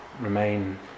remain